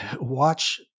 Watch